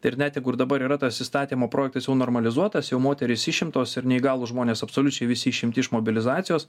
tai ir net jeigu ir dabar yra tas įstatymo projektas jau normalizuotas jau moterys išimtos ir neįgalūs žmonės absoliučiai visi išimti iš mobilizacijos